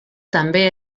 també